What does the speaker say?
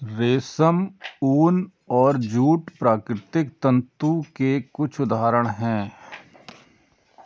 रेशम, ऊन और जूट प्राकृतिक तंतु के कुछ उदहारण हैं